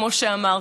כמו שאמרתי,